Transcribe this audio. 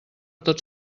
tots